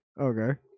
Okay